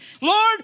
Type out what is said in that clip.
Lord